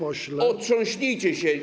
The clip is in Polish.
Otrząśnijcie się.